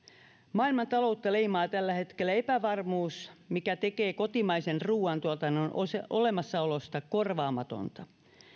maailmantaloutta leimaa tällä hetkellä epävarmuus mikä tekee kotimaisen ruoantuotannon olemassaolosta korvaamatonta